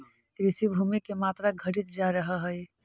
कृषिभूमि के मात्रा घटित जा रहऽ हई